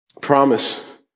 promise